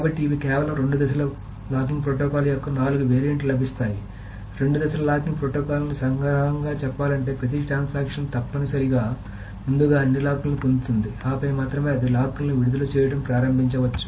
కాబట్టి ఇవి కేవలం రెండు దశల లాకింగ్ ప్రోటోకాల్ యొక్క నాలుగు వేరియంట్లు లభిస్తాయి రెండు దశల లాకింగ్ ప్రోటోకాల్ని సంగ్రహంగా చెప్పాలంటే ప్రతి ట్రాన్సాక్షన్ తప్పక ముందుగా అన్ని లాక్ లు పొందుతుంది ఆపై మాత్రమే అది లాక్ లను విడుదల చేయడం ప్రారంభించవచ్చు